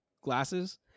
glasses